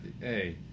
hey